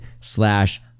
slash